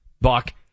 Buck